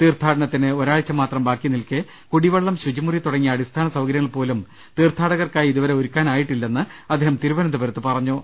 തീർത്ഥാടനത്തിന് ഒരാഴ്ച മാത്രം ബാക്കി നിൽക്കെ കുടി വെള്ളം ശുചിമുറി തുടങ്ങി അടിസ്ഥാന സൌകര്യങ്ങൾ പോലും തീർത്ഥാടകർക്കായി ഇതു വരെ ഒരുക്കാനായിട്ടില്ലെന്ന് അദ്ദേഹം തിരുവനന്തപുരത്ത് പറഞ്ഞു